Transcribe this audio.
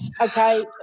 okay